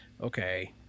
Okay